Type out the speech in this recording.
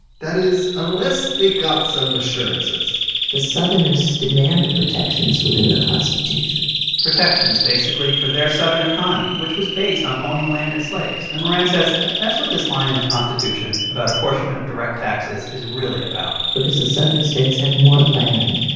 that is, unless they got some assurances the southerners demanded protections within the constitution protections basically for their southern economy, which was based on owning land and slaves. and moran says that's what this line in the constitution about apportionment of direct taxes is really about because the southern states had more land,